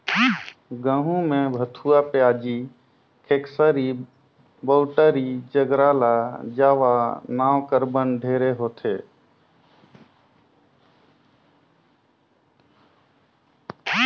गहूँ में भथुवा, पियाजी, खेकसारी, बउटरी, ज्रगला जावा नांव कर बन ढेरे होथे